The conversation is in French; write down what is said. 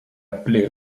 plaie